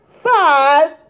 Five